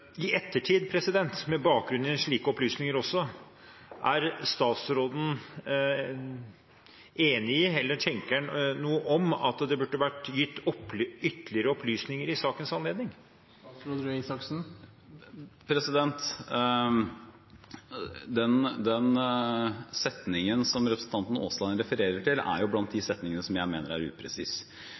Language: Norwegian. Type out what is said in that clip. Med bakgrunn også i slike opplysninger: Er statsråden i ettertid enig i – eller tenker han noe om – at det burde vært gitt ytterligere opplysninger i sakens anledning? Den setningen som representanten Aasland refererer til, er blant de setningene som jeg mener er